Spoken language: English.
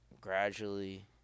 gradually